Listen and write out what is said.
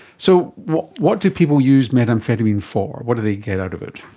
so what what do people use methamphetamine for, what do they get out of it?